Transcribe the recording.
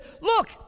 look